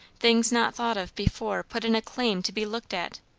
things not thought of before put in a claim to be looked at.